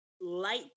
light